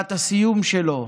מסיבת הסיום שלו.